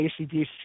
ACDC